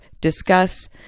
discuss